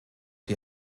die